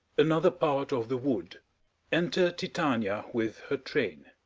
another part of the wood enter titania, with her train